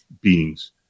beings